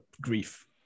grief